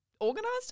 organised